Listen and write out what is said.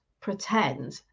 pretend